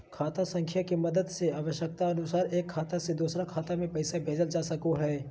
खाता संख्या के मदद से आवश्यकता अनुसार एक खाता से दोसर खाता मे पैसा भेजल जा सको हय